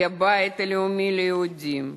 היא הבית הלאומי ליהודים.